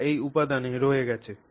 যা এই উপাদানে রয়ে গেছে